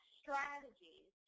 strategies